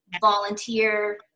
volunteer